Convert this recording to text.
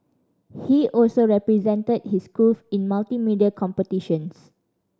he also represented his schools in multimedia competitions